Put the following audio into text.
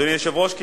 אדוני היושב-ראש,